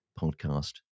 podcast